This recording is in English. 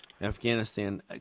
Afghanistan